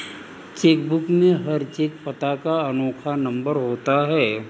check book में हर cheque पता का अनोखा नंबर होता है